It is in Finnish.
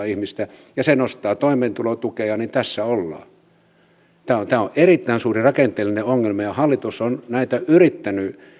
ihmistä ja se nostaa toimeentulotukea niin tässä ollaan tämä on erittäin suuri rakenteellinen ongelma ja hallitus on näitä yrittänyt